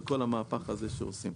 וכל המהפך הזה שעושים.